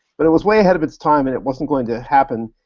but it was way ahead of its time and it wasn't going to happen,